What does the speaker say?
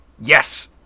yes